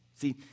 See